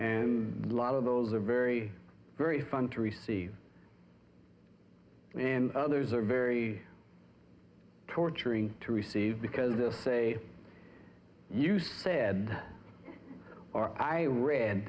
and a lot of those are very very fun to receive and others are very torturing to receive because the say you said that or i read